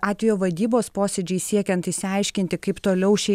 atvejo vadybos posėdžiai siekiant išsiaiškinti kaip toliau šiai